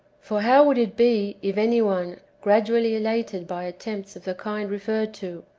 for how would it be, if any one, gradually elated by attempts of the kind referred to,